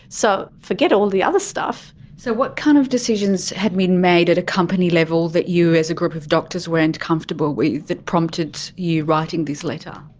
so forget all the other stuff. so what kind of decisions have been made at a company level that you as a group of doctors weren't comfortable with, that prompted you writing this letter?